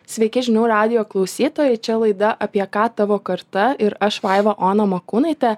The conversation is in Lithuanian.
sveiki žinių radijo klausytojai čia laida apie ką tavo karta ir aš vaiva ona mokūnaitė